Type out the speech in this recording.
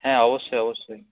হ্যাঁ অবশ্যই অবশ্যই